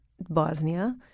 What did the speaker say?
Bosnia